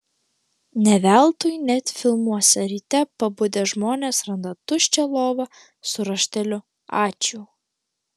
ne veltui net filmuose ryte pabudę žmonės randa tuščią lovą su rašteliu ačiū